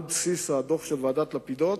על בסיס הדוח של ועדת-לפידות,